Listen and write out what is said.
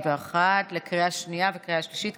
2021, בקריאה שנייה וקריאה שלישית.